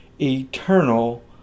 eternal